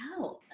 out